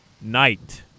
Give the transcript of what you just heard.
night